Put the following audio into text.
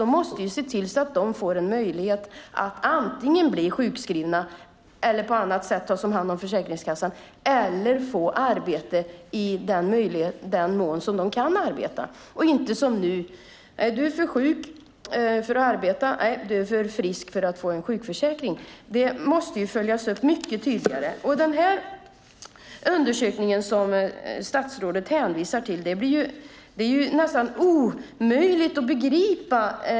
Vi måste se till att de får möjlighet att antingen bli sjukskrivna eller på annat sätt tas om hand av Försäkringskassan eller få arbete i den mån de kan arbeta. Det får inte vara som nu: Du är för sjuk för att arbeta. Du är för frisk för att få sjukförsäkring. Det måste följas upp mycket tydligare. Den undersökning som statsrådet hänvisar till är nästan omöjlig att begripa.